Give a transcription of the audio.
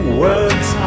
words